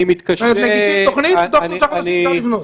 הם מגישים תוכנית ותוך שלושה חודשים אפשר לבנות.